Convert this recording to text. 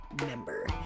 member